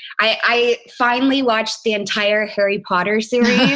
i finally watched the entire harry potter series.